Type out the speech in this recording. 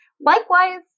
Likewise